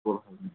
okay